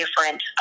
different